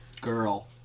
girl